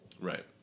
right